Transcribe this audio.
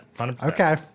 Okay